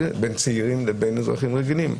צעירים ואזרחים רגילים.